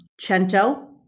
Cento